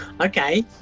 okay